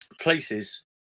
places